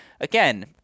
again